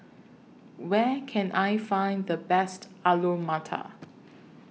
Where Can I Find The Best Alu Matar